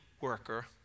worker